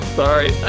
sorry